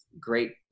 great